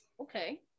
Okay